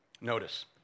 Notice